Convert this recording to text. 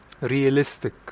realistic